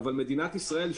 אבל מדינת ישראל,